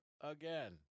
again